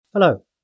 hello